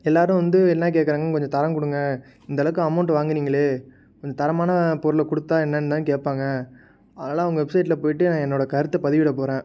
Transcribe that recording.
எல்லாரும் வந்து என்ன கேட்குறாங்க கொஞ்சம் தரம் கொடுங்க இந்தளவுக்கு அமௌண்ட் வாங்குனீங்களே கொஞ்சம் தரமான பொருளை கொடுத்தா என்னன்னு தான் கேட்பாங்க அதனால அவங்க வெப்சைட்டில் போய்விட்டு என என்னோட கருத்தை பதிவிடப்போறேன்